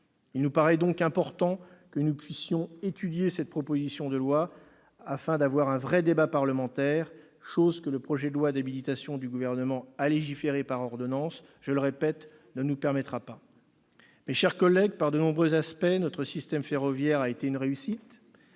Il nous paraît donc important que nous puissions examiner cette proposition de loi, afin d'avoir un vrai débat parlementaire, chose que le projet de loi d'habilitation du Gouvernement à légiférer par ordonnances, je le répète, ne nous permettra pas. Mes chers collègues, par de nombreux aspects, notre système ferroviaire a été une réussite